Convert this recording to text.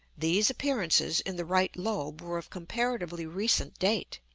these appearances in the right lobe were of comparatively recent date.